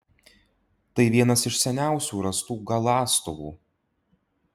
tai vienas iš seniausių rastų galąstuvų